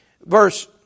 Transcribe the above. verse